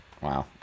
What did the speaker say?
Wow